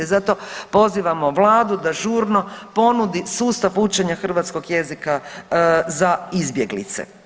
I zato pozivamo Vladu da žurno ponudi sustav učenja hrvatskog jezika za izbjeglice.